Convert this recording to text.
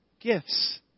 gifts